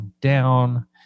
down